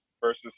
versus